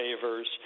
favors